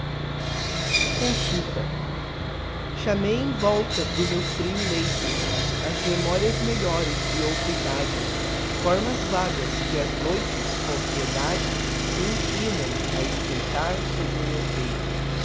sampaio chamei em volta do meu frio leito as memorias melhores de outra edade fórmas vagas que ás noites com piedade se inclinam a espreitar sobre o meu peito